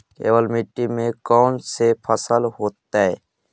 केवल मिट्टी में कौन से फसल होतै?